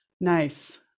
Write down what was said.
Nice